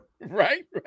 right